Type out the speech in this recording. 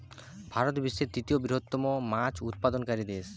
ভারত বিশ্বের তৃতীয় বৃহত্তম মাছ উৎপাদনকারী দেশ